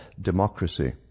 democracy